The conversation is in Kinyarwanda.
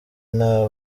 nta